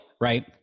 right